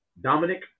Dominic